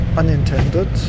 unintended